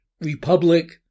republic